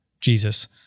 Jesus